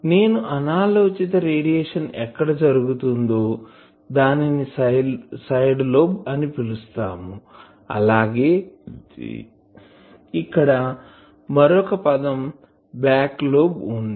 నేను అనాలోచిత రేడియేషన్ ఎక్కడ జరుగుతుందో దానిని సైడ్ లోబ్ అని పిలుస్తాము అలాగే ఇక్కడ మరొక పదం బ్యాక్ లోబ్ వుంది